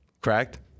Correct